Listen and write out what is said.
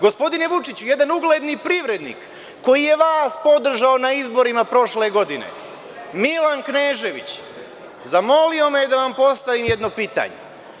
Gospodine Vučiću, jedan ugledni privrednik koji je vas podržao na izborima prošle godine, Milan Knežević zamolio me je da vam postavim jedno pitanje.